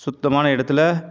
சுத்தமான இடத்தில்